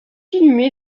inhumé